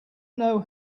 know